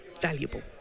valuable